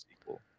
sequel